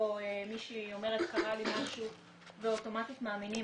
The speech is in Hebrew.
מישהי אומרת "קרה לי משהו" ואוטומטית מאמינים,